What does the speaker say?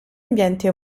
ambienti